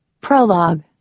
Prologue